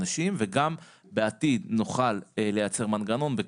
וגם בעתיד נוכל לייצר מנגנון להוספתם,